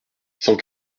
cent